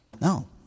No